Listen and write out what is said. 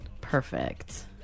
Perfect